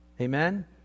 Amen